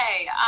Okay